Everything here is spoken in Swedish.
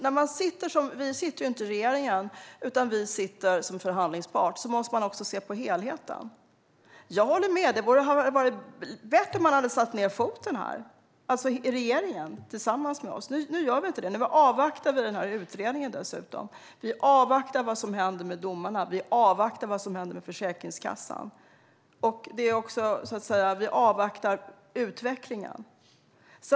Vänsterpartiet sitter inte i regeringen, utan vi är förhandlingspart. Då måste vi se på helheten. Jag håller med om att det hade varit bättre om regeringen tillsammans med oss hade satt ned foten. Nu gör vi inte det utan avvaktar utredningen. Vi avvaktar vad som händer med domarna, och vi avvaktar vad som händer med Försäkringskassan. Vi avvaktar alltså utvecklingen.